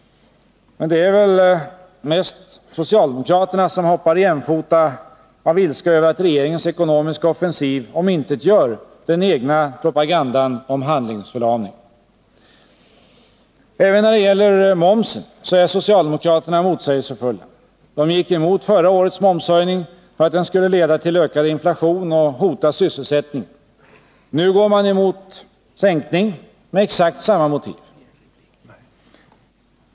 Men det är väl mest socialdemokraterna som hoppar jämfota — av ilska över att regeringens ekonomiska offensiv omintetgör den egna propagandan om handlingsförlamning. Även när det gäller momsen är socialdemokraterna motsägelsefulla. De gick emot förra årets momshöjning för att den skulle leda till ökad inflation och hota sysselsättningen. Nu går man emot en sänkning med exakt samma motiv!